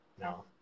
No